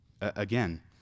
again